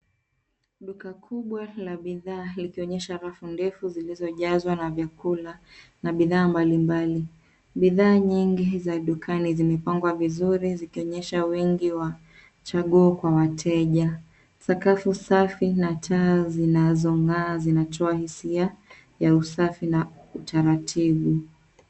Duka kubwa la bidhaa likionyesha rafu ndefu zilizojazwa na vyakula, na bidhaa mbalimbali. Bidhaa nyingi za dukani zimepangwa vizuri zikionyesha wingi wa chaguo kwa wateja. Sakafu safi na taa zinazong'aa zinatoa hisia ya usafi na utaratibu.